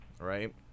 right